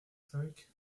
cinq